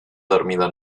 dormido